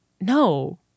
no